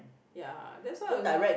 ya that's why I was like